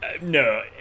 No